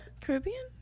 Caribbean